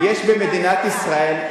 יש במדינת ישראל,